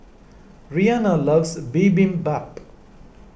Rianna loves Bibimbap